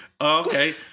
Okay